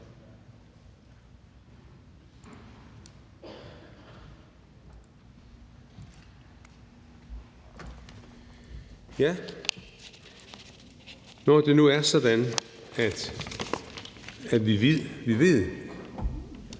Når det nu er sådan, at vi ved, at